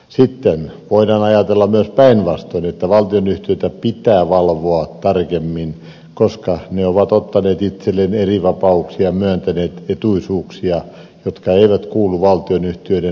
sitten voidaan ajatella myös päinvastoin että valtionyhtiöitä pitää valvoa tarkemmin koska ne ovat ottaneet itselleen erivapauksia myöntäneet etuisuuksia jotka eivät kuulu valtionyhtiöiden luonteeseen